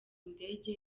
indege